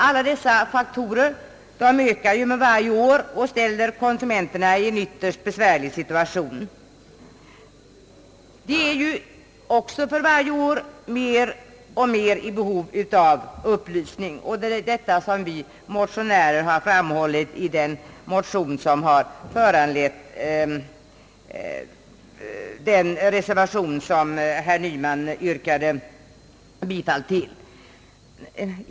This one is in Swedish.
Alla dessa faktorer ställer för varje år konsumenterna i besvärliga situationer. De blir alltså för varje år mer och mer i behov av upplysning. Detta har vi motionärer framhållit i den motion som föranlett den reservation som herr Nyman yrkade bifall till.